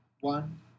One